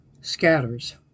scatters